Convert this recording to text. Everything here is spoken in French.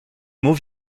mots